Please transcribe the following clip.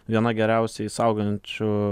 viena geriausiai saugančių